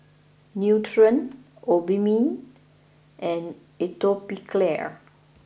Nutren Obimin and Atopiclair